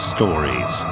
Stories